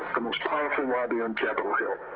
lobby on capital hill